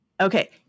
Okay